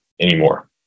anymore